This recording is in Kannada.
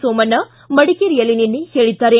ಸೋಮಣ್ಣ ಮಡಿಕೇರಿಯಲ್ಲಿ ನಿನ್ನೆ ಹೇಳಿದ್ದಾರೆ